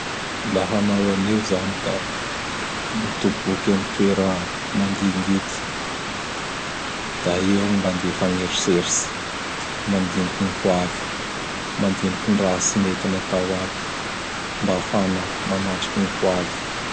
La hanao anio izany da mitoboky am toera mangingiky; da eo gn mandefa gn' eritseritsy: mandiniky ny ho avy, mandiniky gny raha tsy mety natao aby, mba ahafahana manatriky gny ho avy.